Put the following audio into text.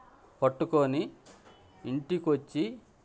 పట్టుకోని ఇంటికొచ్చి